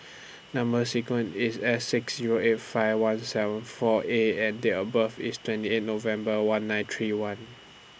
Number sequence IS S six Zero eight five one seven four A and Date of birth IS twenty eight November one nine three one